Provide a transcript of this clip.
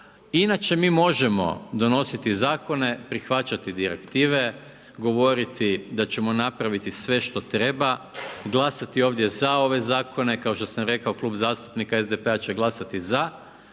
Inače mi možemo donositi zakone, prihvaćati direktive, govoriti da ćemo napraviti sve što treba, glasati ovdje za ove zakone, kao što sam rekao Klub zastupnika SDP-a će glasati za